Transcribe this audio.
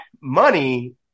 money –